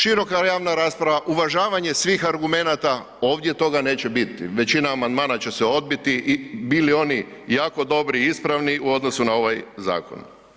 Široka javna rasprava, uvažavanje svih argumenata, ovdje toga neće biti, većina amandmana će se odbiti i bili oni jako dobri i ispravni u odnosu na ovaj zakon.